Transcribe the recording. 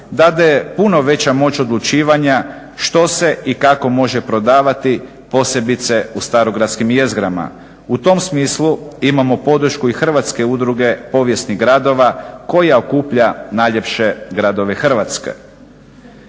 dade puno veća moć odlučivanja što se i kako može prodavati posebice u starogradskim jezgrama. U tom smislu imamo podršku i Hrvatske udruge povijesnih gradova koja okuplja najljepše gradove Hrvatske.